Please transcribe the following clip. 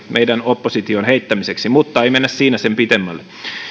meidän oppositioon heittämiseksemme mutta ei mennä siinä sen pidemmälle